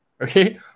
Okay